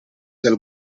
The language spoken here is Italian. del